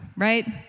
right